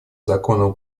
законного